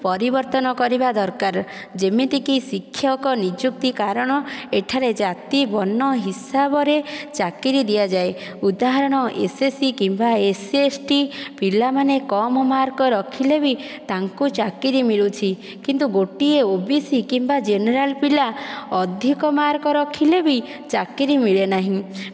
ପରିବର୍ତ୍ତନ କରିବା ଦରକାର ଯେମିତି କି ଶିକ୍ଷକ ନିଯୁକ୍ତି କାରଣ ଏଠାରେ ଜାତି ବର୍ଣ୍ଣ ହିସାବରେ ଚାକିରୀ ଦିଆଯାଏ ଉଦାହରଣ ଏସ୍ଏସ୍ସି କିମ୍ବା ଏସ୍ଟି ଏସ୍ସି କମ ମାର୍କ ରଖିଲେବି ତାଙ୍କୁ ଚାକିରୀ ମିଳୁଛି କିନ୍ତୁ ଗୋଟିଏ ଓବିସି କିମ୍ଵା ଜେନେରାଲ୍ ପିଲା ଅଧିକ ମାର୍କ ରଖିଲେ ବି ଚାକିରି ମିଳେ ନାହିଁ